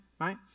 Right